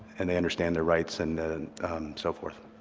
and they understand their rights and so forth.